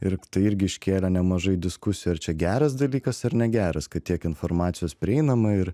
ir tai irgi iškėlė nemažai diskusijų ar čia geras dalykas ar negeras kad tiek informacijos prieinama ir